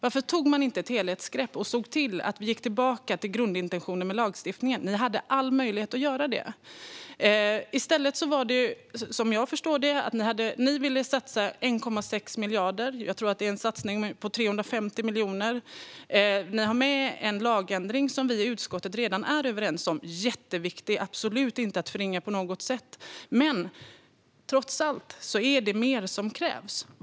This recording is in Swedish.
Varför tog ni inte ett helhetsgrepp och såg till att vi gick tillbaka till grundintentionen med lagstiftningen? Ni hade all möjlighet att göra det. Som jag förstår det ville ni satsa 1,6 miljarder. Jag tror att det blev en satsning på 350 miljoner. Ni har med en lagändring som vi i utskottet redan är överens om. Den är jätteviktig och är absolut inte att förringa på något sätt. Men trots allt är det mer som krävs.